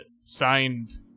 signed